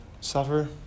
Suffer